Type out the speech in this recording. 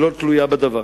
שלא תלויה בדבר.